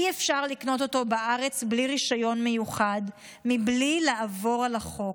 אי-אפשר לקנות אותו בארץ בלי רישיון מיוחד בלי לעבור על החוק.